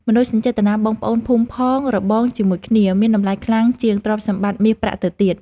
មនោសញ្ចេតនាបងប្អូនភូមិផងរបងជាមួយគ្នាមានតម្លៃខ្លាំងជាងទ្រព្យសម្បត្តិមាសប្រាក់ទៅទៀត។